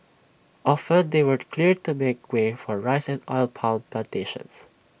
often they were cleared to make way for rice oil palm Plantations